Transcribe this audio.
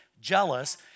jealous